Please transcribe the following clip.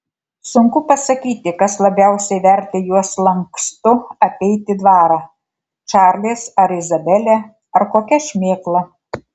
sunku pasakyti kas labiausiai vertė juos lankstu apeiti dvarą čarlis ar izabelė ar kokia šmėkla